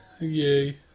yay